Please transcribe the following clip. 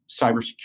cybersecurity